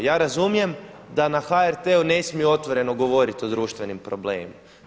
Ja razumijem da na HRT-u ne smiju otvoreno govoriti o društvenim problemima.